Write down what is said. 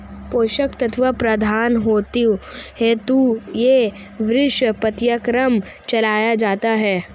पोषक तत्व प्रबंधन हेतु ही विशेष पाठ्यक्रम चलाया जाता है